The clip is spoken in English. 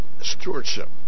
stewardship